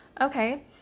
okay